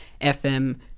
FM